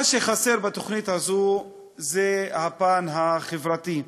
מה שחסר בתוכנית הזאת זה הפן החברתי,